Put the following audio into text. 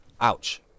ouch